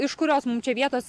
iš kurios mum čia vietos